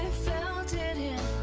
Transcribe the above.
felt it in